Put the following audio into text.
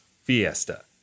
Fiesta